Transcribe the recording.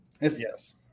Yes